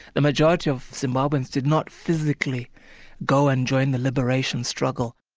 the majority of zimbabweans did not physically go and join the liberation struggle.